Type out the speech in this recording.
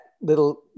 little